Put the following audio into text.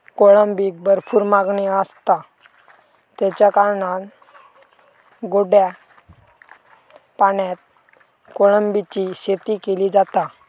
कोळंबीक भरपूर मागणी आसता, तेच्या कारणान गोड्या पाण्यात कोळंबीची शेती केली जाता